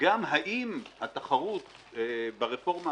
וגם אם התחרות ברפורמה,